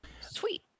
Sweet